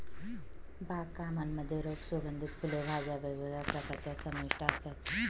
बाग कामांमध्ये रोप, सुगंधित फुले, भाज्या वेगवेगळ्या प्रकारच्या समाविष्ट असतात